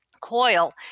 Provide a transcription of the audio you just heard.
coil